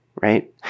right